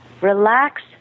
Relax